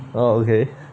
oh okay